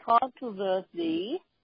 controversy